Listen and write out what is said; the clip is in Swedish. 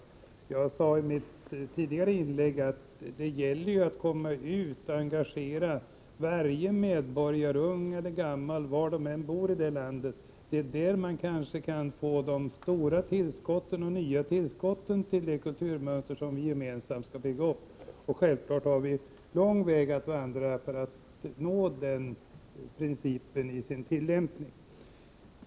Jag sade i mitt tidigare inlägg att det gäller att engagera varje medborgare — ung eller gammal — var de än bor i landet. Det är då man kan få stora och nya tillskott till det kulturmönster vi gemensamt skall bygga upp. Självfallet har vi en lång väg att vandra innan denna princip når sin tillämpning.